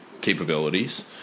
capabilities